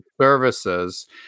Services